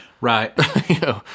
right